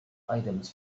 items